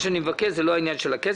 מה שאני מבקש הוא לא בעניין הכסף.